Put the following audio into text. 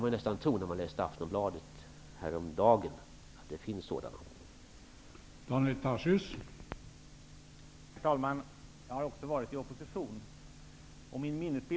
När man läste Aftonbladet häromdagen kunde man nästan tro det.